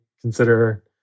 consider